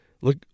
Look